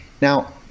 Now